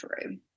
True